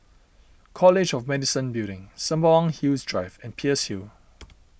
College of Medicine Building Sembawang Hills Drive and Peirce Hill